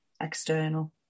external